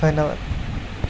ধন্য়বাদ